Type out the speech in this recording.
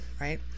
right